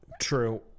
True